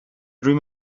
dream